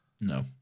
No